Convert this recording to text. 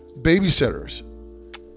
babysitters